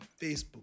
Facebook